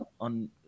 on